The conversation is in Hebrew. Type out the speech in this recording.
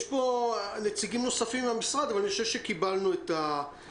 יש פה נציגים נוספים מהמשרד אבל אני חושב שקיבלנו את מידע.